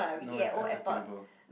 no it's unsustainable